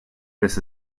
this